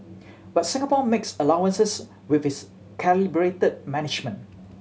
but Singapore makes allowances with its calibrated management